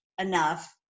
enough